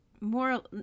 more